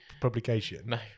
publication